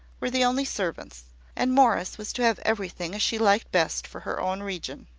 were the only servants and morris was to have everything as she liked best for her own region.